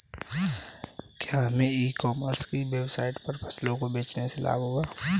क्या हमें e commerce की वेबसाइट पर फसलों को बेचने से लाभ होगा?